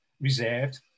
reserved